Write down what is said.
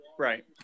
Right